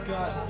God